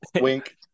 wink